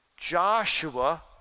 Joshua